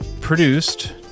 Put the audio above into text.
produced